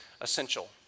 essential